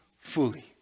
fully